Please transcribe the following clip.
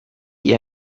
ihr